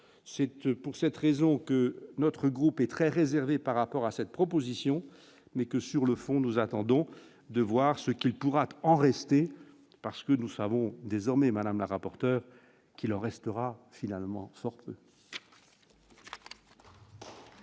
cette pour cette raison que notre groupe est très réservé par rapport à cette proposition, mais que sur le fond, nous attendons de voir ce qu'il pourra en rester parce que nous savons désormais, madame la rapporteur qu'il restera finalement.